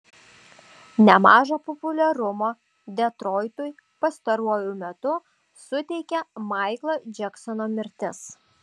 nemažo populiarumo detroitui pastaruoju metu suteikė maiklo džeksono mirtis